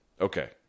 Okay